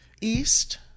east